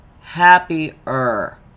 Happier